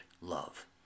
love